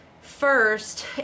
first